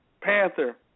Panther